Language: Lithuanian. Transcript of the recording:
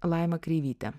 laima kreivytė